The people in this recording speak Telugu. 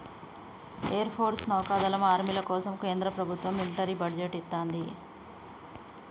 ఎయిర్ ఫోర్స్, నౌకాదళం, ఆర్మీల కోసం కేంద్ర ప్రభత్వం మిలిటరీ బడ్జెట్ ఇత్తంది